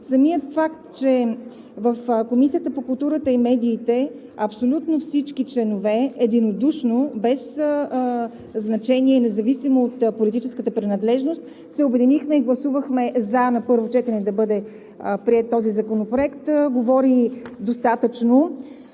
Самият факт, че в Комисията по културата и медиите абсолютно всички членове единодушно, без значение и независимо от политическата принадлежност, се обединихме и гласувахме „за“ на първо четене да бъде приет този законопроект говори достатъчно.